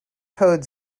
code